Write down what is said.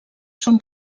són